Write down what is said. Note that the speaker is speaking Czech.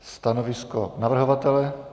Stanovisko navrhovatele?